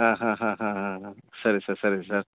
ஆ ஹ ஹ ஹ ஆ ஆ சரி சார் சரிங்க சார்